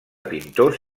pintors